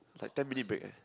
like ten minute break eh